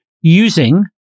using